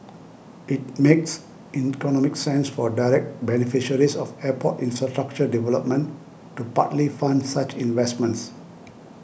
it makes economic sense for direct beneficiaries of airport infrastructure development to partly fund such investments